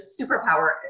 superpower